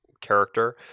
character